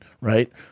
right